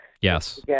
yes